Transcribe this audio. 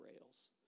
rails